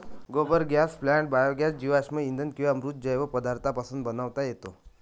गोबर gas plant biogas जीवाश्म इंधन किंवा मृत जैव पदार्थांपासून बनवता येतो